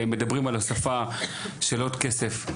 מדברים על הוספה של עוד כסף,